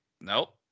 Nope